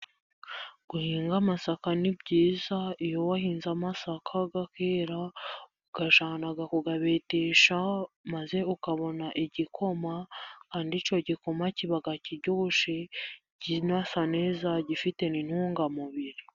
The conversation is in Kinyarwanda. Guhinga amasaka ni byiza, iyo wahinze amasaka akera uyajyana kuyabetesha maze ukabona igikoma, kandi icyo gikoma kiba kiryoshye kinasa neza gifite intunga mubiri.